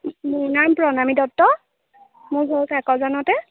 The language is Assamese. মোৰ নাম প্ৰণামী দত্ত মোৰ ঘৰ কাকজানতে